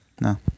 No